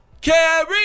Carrie